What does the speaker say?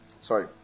Sorry